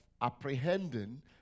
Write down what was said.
apprehending